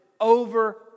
over